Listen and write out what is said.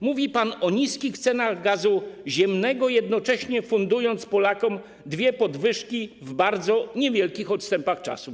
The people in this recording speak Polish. Mówi pan o niskich cenach gazu ziemnego, jednocześnie fundując Polakom dwie podwyżki w bardzo niewielkich odstępach czasu.